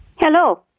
hello